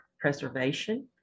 Preservation